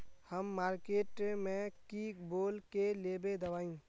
हम मार्किट में की बोल के लेबे दवाई?